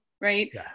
right